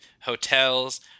hotels